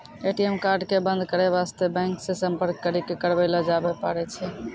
ATM card क बन्द करै बास्ते बैंक से सम्पर्क करी क करबैलो जाबै पारै छै